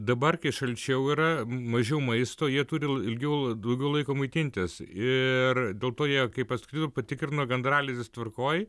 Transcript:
dabar kai šalčiau yra mažiau maisto jie turi ilgiau daugiau laiko maitintis ir dėl to jie kai parskrido patikrino gandralizdis tvarkoj